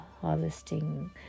harvesting